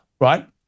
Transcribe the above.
right